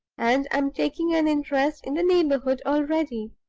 and i'm taking an interest in the neighborhood already.